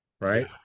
right